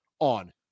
On